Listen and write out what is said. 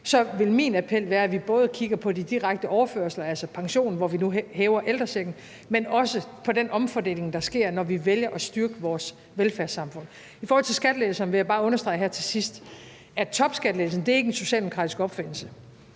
vil min appel være, at vi både kigger på de direkte overførsler, altså pensionen, hvor vi nu hæver ældrechecken, men også på den omfordeling, der sker, når vi vælger at styrke vores velfærdssamfund. I forhold til skattelettelserne vil jeg bare understrege her til sidst, at topskattelettelsen ikke er en socialdemokratisk opfindelse.